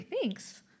Thanks